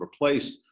replaced